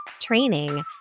training